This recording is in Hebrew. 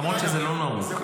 למרות שזה לא נהוג,